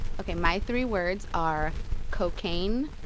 ok. my three words are cocaine,